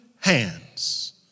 hands